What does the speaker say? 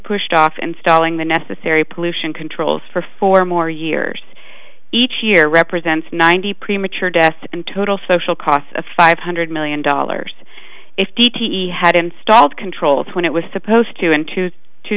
pushed off and stalling the necessary pollution controls for four more years each year represents ninety premature deaths in total social cost of five hundred million dollars if t t had installed control when it was supposed to in q two